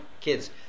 kids